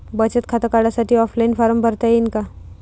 बचत खातं काढासाठी ऑफलाईन फारम भरता येईन का?